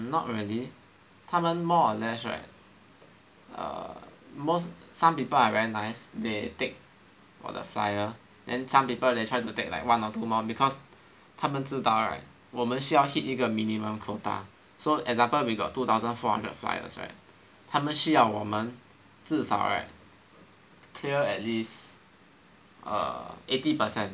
mm not really 他们 more or less right err most some people are very nice they take 我的 flyer and some people they try to take like one or two more because 他们知道 right 我们需要 hit 一个 minimum quota so example we got two thousand four hundred flyers right 他们需要我们至少 right clear at least err eighty percent